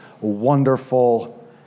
wonderful